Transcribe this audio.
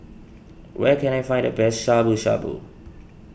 where can I find the best Shabu Shabu